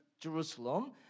Jerusalem